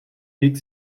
weg